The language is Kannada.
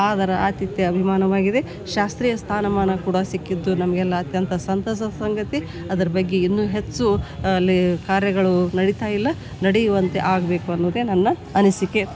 ಆದರ ಆತಿಥ್ಯ ಅಭಿಮಾನವಾಗಿದೆ ಶಾಸ್ತ್ರೀಯ ಸ್ಥಾನಮಾನ ಕೂಡ ಸಿಕ್ಕಿದ್ದು ನಮಗೆಲ್ಲ ಅತ್ಯಂತ ಸಂತಸದ ಸಂಗತಿ ಅದ್ರ ಬಗ್ಗೆ ಇನ್ನೂ ಹೆಚ್ಚು ಅಲ್ಲಿ ಕಾರ್ಯಗಳು ನಡಿತಾ ಇಲ್ಲ ನಡೆಯುವಂತೆ ಆಗಬೇಕು ಅನ್ನುವುದೇ ನನ್ನ ಅನಿಸಿಕೆ